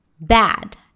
Bad